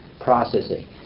processing